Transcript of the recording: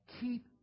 keep